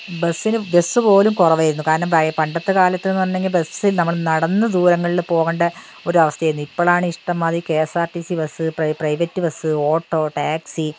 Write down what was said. ബസ്സിനു ബസ്സുപോലും കുറവായിരുന്നു കാരണം പണ്ടത്തെ കാലത്ത് നിന്നു പറഞ്ഞെങ്കിൽ ബസ്സ് നമ്മൾ നടന്ന് ദൂരങ്ങളിൽ പോകേണ്ട ഒരു അവസ്ഥയായിരുന്നു ഇപ്പോഴാണ് ഇഷ്ടംമാതിരി K S R T C bus private bus auto taxi